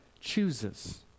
chooses